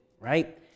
right